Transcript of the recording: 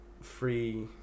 free